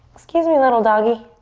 excuse me little doggy.